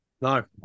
No